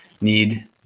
need